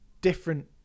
different